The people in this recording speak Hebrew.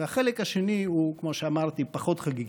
החלק השני הוא, כמו שאמרתי, פחות חגיגי.